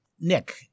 Nick